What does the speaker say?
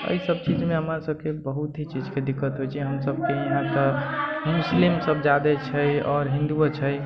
अइ सभ चीजमे हमरा सभके बहुत ही चीजके दिक्कत होइ छै हमसभ के इहाँ तऽ मुस्लिम जादे छै आओर हिन्दुओ छै